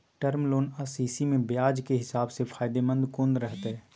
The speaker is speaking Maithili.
टर्म लोन आ सी.सी म ब्याज के हिसाब से फायदेमंद कोन रहते?